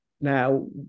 Now